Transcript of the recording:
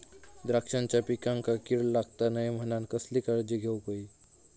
द्राक्षांच्या पिकांक कीड लागता नये म्हणान कसली काळजी घेऊक होई?